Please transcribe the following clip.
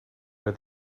are